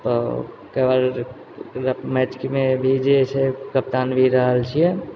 अऽ ओकरबाद मैचमे भी जे छै कप्तान भी रहल छियै